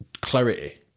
clarity